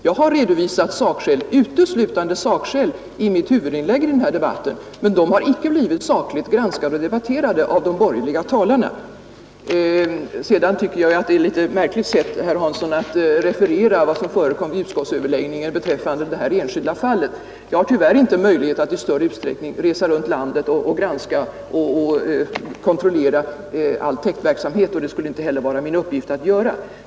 Jag har redovisat sakskäl, uteslutande sakskäl, i mitt huvudinlägg i denna debatt, men de har icke blivit sakligt granskade och debatterade av de borgerliga talarna. Jag tycker att det är ett märkligt sätt, herr Hansson, att referera vad som förekommit i utskottsöverläggningen beträffande det enskilda fall som jag anförde. Jag har tyvärr inte möjlighet att i större utsträckning resa runt i landet och granska och kontrollera all täktverksamhet, och det skulle inte heller vara min uppgift att göra det.